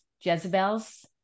Jezebels